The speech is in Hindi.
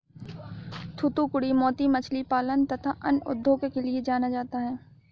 थूथूकुड़ी मोती मछली पालन तथा अन्य उद्योगों के लिए जाना जाता है